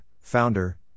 Founder